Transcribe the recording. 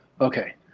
Okay